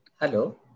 Hello